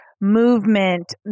movement